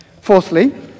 Fourthly